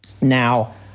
Now